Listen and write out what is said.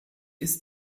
ist